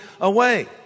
away